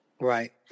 Right